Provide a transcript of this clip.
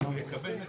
מי נגד?